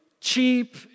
cheap